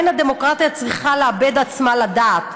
אין הדמוקרטיה צריכה לאבד עצמה לדעת.